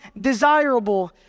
desirable